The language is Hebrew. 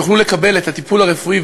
שיוכלו לקבל את הטיפול הרפואי,